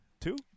Two